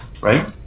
right